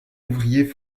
ouvrier